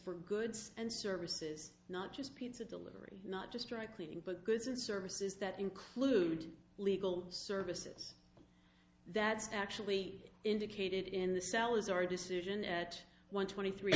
for goods and services not just pizza delivery not just dry cleaning but goods and services that include legal services that's actually indicated in the salazar decision at one twenty three